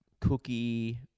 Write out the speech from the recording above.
cookie